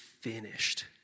finished